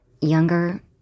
younger